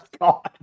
god